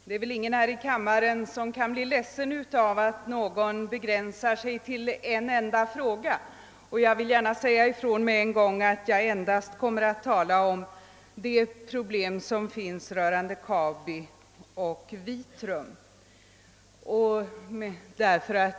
Herr talman! Ingen här i kammaren kan väl bli ledsen om en talare begränsar sig till en enda fråga, och jag vill gärna från början säga ifrån att jag endast kommer att tala om det problem som finns beträffande Kabi och Vitrum.